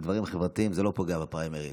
דברים חברתיים זה לא פוגע בפריימריז.